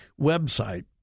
website